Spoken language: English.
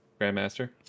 Grandmaster